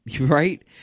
Right